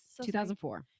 2004